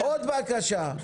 עוד בקשה?